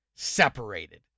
separated